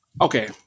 Okay